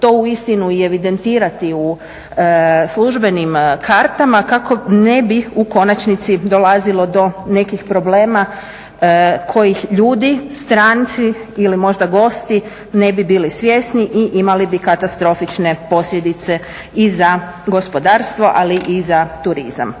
to uistinu i evidentirati u službenim kartama kako ne bi u konačnici dolazili do nekih problema kojih ljudi, stranci ili možda gosti ne bi bili svjesni i imali bi katastrofične posljedice i za gospodarstvo ali i za turizam.